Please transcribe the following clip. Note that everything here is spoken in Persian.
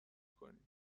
کنیم